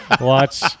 watch